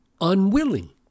unwilling